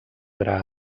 gra